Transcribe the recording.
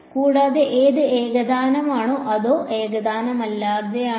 കൂടാതെ ഇത് ഏകതാനമാണോ അതോ ഏകതാനമല്ലാത്തതാണോ